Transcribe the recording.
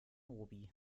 obi